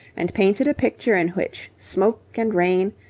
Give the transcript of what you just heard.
and painted a picture in which smoke and rain,